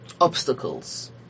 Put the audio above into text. obstacles